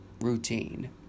routine